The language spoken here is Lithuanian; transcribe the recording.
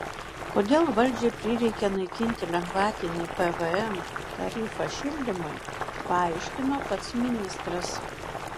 kodėl valdžiai prireikė naikinti lengvatinį pvm tarifą šildymui paaiškino pats ministras